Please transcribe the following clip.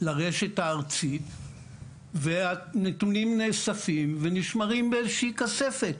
לרשת הארצית והנתונים נאספים ונשמרים באיזושהי כספת.